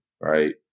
right